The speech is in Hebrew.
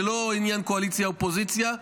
זה לא עניין של קואליציה אופוזיציה.